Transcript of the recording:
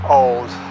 old